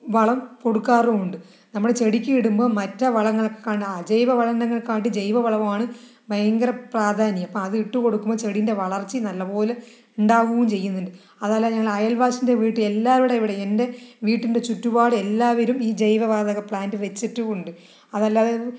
വളം കൊടുക്കാറുണ്ട് നമ്മള് ചെടിക്ക് ഇടുമ്പോൾ മറ്റേ വളങ്ങളെക്കാൾ അജൈവ വളങ്ങളെക്കാട്ടിയും ജൈവവളമാണ് ഭയങ്കര പ്രാധാന്യം അപ്പോൾ അത് ഇട്ട് കൊടുക്കുമ്പോൾ ചെടീൻ്റെ വളർച്ചയും നല്ലപോലെ ഉണ്ടാവുകയും ചെയ്യുന്നുണ്ട് അതല്ല ഞങ്ങളുടെ അയൽവാസിൻ്റെ വീട്ടിൽ എല്ലാവിടെവിടേയും എൻ്റെ വീടിൻ്റെ ചുറ്റുപാട് എല്ലാവരും ഈ ജൈവ വാതക പ്ലാന്റ് വെച്ചിട്ടുമുണ്ട് അതല്ലാതെ